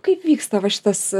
kaip vyksta va šitas